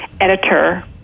editor